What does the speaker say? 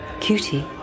Cutie